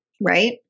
right